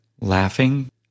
laughing